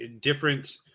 different